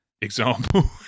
example